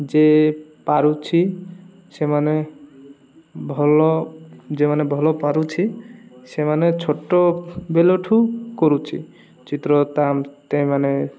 ଯେ ପାରୁଛି ସେମାନେ ଭଲ ଯେମାନେ ଭଲ ପାରୁଛି ସେମାନେ ଛୋଟ ବେଲଠୁ କରୁଛି ଚିତ୍ର ତାମ ତେ ମାନେ